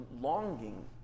longing